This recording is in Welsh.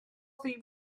anodd